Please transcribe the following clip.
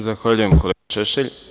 Zahvaljujem, kolega Šešelj.